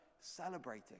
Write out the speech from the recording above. celebrating